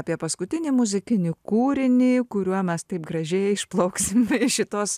apie paskutinį muzikinį kūrinį kuriuo mes taip gražiai išplauksim iš šitos